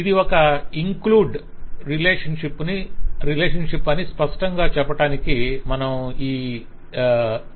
ఇది ఒక include relationship అని స్పష్టంగా చెప్పడానికి మనం ఈ